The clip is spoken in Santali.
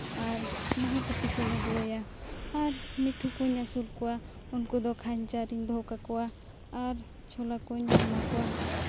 ᱟᱨ ᱵᱟᱦᱟ ᱠᱚᱯᱤ ᱠᱚᱧ ᱟᱹᱜᱩᱣᱟᱭᱟ ᱟᱨ ᱢᱤᱨᱩ ᱠᱚᱧ ᱟᱹᱥᱩᱞ ᱠᱚᱣᱟ ᱩᱱᱠᱩ ᱫᱚ ᱠᱷᱟᱧᱪᱟ ᱨᱮᱧ ᱫᱚᱦᱚ ᱠᱟᱠᱚᱣᱟ ᱟᱨ ᱪᱷᱳᱞᱟ ᱠᱚᱧ ᱮᱢᱟ ᱠᱚᱣᱟ